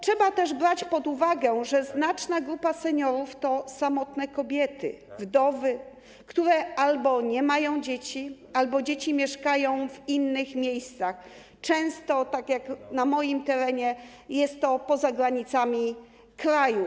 Trzeba też brać pod uwagę to, że znaczna grupa seniorów to samotne kobiety, wdowy, które albo nie mają dzieci, albo których dzieci mieszkają w innych miejscach, a często, tak jak na moim terenie - poza granicami kraju.